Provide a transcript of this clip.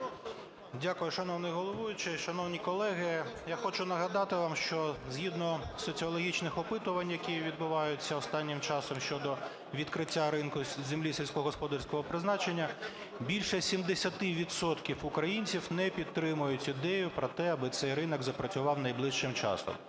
Дякую, шановний головуючий. Шановні колеги, я хочу нагадати вам, що згідно соціологічних опитувань, які відбуваються останнім часом щодо відкриття ринку землі сільськогосподарського призначення, більше 70 відсотків українців не підтримують ідею про те, аби цей ринок запрацював найближчим часом.